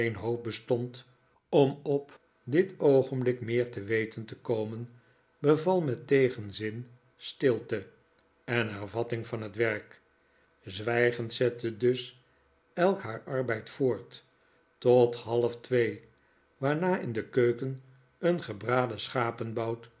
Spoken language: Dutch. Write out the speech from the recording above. bestond om op dit oogenblik meer te weten te komen beval met tegenzin sulte en hervatting van het werk zwijgend zette dus elk haar arbeid voort tot half twee waarna in de keuken een gebraden